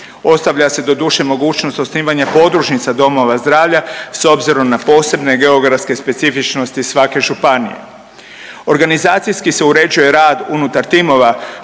Ostavlja se doduše mogućnost osnivanja podružnica domova zdravlja s obzirom na posebne geografske specifičnosti svake županije. Organizacijski se uređuje rad unutar timova